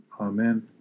Amen